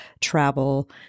travel